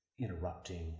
interrupting